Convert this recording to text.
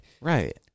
Right